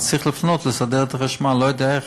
אז צריך לפנות לסדר את החשמל, לא יודע איך.